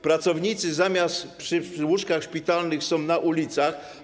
Pracownicy zamiast przy łóżkach szpitalnych są na ulicach.